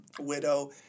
Widow